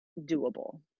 doable